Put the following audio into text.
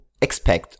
expect